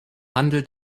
handel